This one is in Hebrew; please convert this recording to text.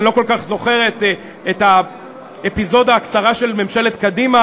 אני לא כל כך זוכר את האפיזודה הקצרה של ממשלת קדימה,